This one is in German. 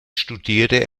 studierte